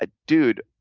ah dude,